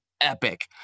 epic